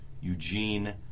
Eugene